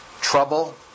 trouble